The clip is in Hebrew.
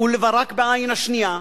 ולברק בעין השנייה,